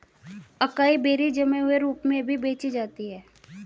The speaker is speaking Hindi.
अकाई बेरीज जमे हुए रूप में भी बेची जाती हैं